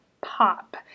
pop